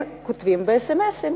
הם כותבים אס.אם.אסים,